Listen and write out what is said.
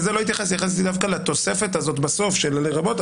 ף של "לרבות",